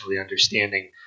understanding